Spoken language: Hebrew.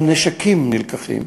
גם נשקים נלקחים,